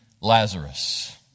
Lazarus